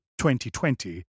2020